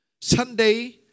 Sunday